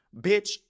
Bitch